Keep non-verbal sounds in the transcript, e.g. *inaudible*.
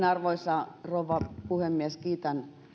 *unintelligible* arvoisa rouva puhemies kiitän